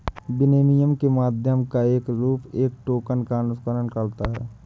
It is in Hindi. विनिमय के माध्यम का रूप एक टोकन का अनुसरण करता है